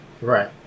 Right